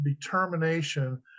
determination